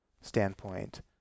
standpoint